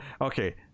Okay